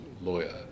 lawyer